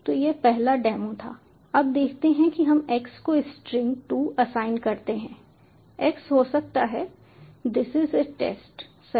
तो यह पहला डेमो था अब देखते हैं कि हम x को स्ट्रिंग 2 असाइन करते हैं x हो सकता है दिस इज ए टेस्ट सही